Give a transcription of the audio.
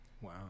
Wow